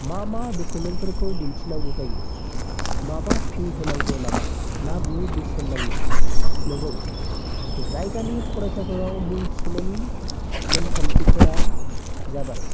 मा मा दकुमेन्टफोरखौ दिन्थिनांगौ जायो माबा फि होनांगौ नामा ना बेयो बेसेन नाङि नंगौ जायगानि फरायसालिफोराव मुं थिसननायनि नेमखान्थिफोरा जाबाय